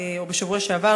השבוע או בשבוע שעבר,